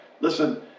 Listen